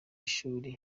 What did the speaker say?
ishuri